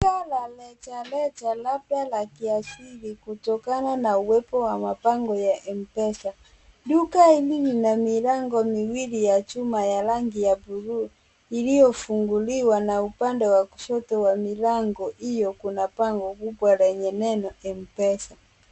Duka la rejareja labda la kiasili kutokana na uwepo wa mabango ya M-Pesa. Duka hili lina milango miwili ya chuma ya rangi ya blue iliyofunguliwa na upande wa kushoto wa milango hiyo kuna bango kubwa lenye neno M-Pesa.